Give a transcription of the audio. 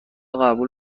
قبول